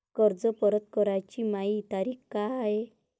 कर्ज परत कराची मायी तारीख का हाय?